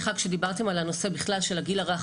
כשדיברתם על הנושא בכלל של הגיל הרך.